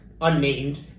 unnamed